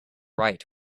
right